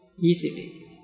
easily